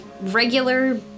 regular